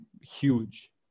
huge